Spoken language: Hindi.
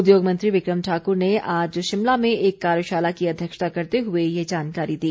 उद्योगमंत्री विक्रम ठाकुर ने आज शिमला में एक कार्यशाला की अध्यक्षता करते हुए ये जानकारी दी